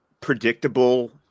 predictable